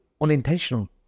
unintentional